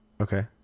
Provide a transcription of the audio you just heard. Okay